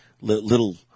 little